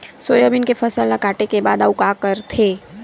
Soybean के फसल ल काटे के बाद आऊ का करथे?